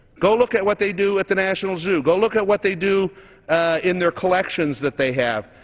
go look at what they do at the national zoo. go look at what they do in their collections that they have.